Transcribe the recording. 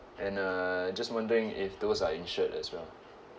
and uh just wondering if those are insured as well